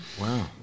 Wow